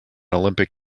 olympic